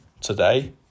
today